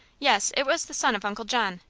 yes it was the son of uncle john.